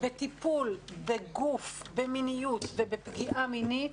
בטיפול בגוף, במיניות ובפגיעה מינית,